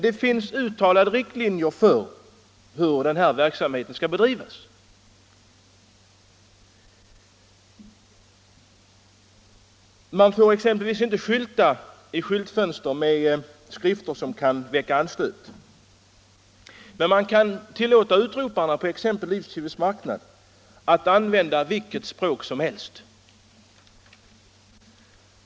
Det finns uttalade riktlinjer för hur pornografiverksamheten får bedrivas. Man får exempelvis inte skylta i fönster med skrifter som kan väcka anstöt. Men utroparna på Kiviks marknad kan tillåtas att använda vilket språk som helst.